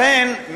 לכן,